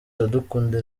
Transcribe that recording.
iradukunda